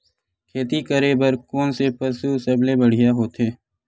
खेती करे बर कोन से पशु सबले बढ़िया होथे?